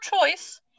choice